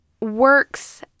works